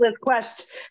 quest